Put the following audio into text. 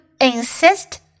insist